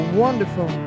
wonderful